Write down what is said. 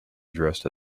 addressed